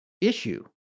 issue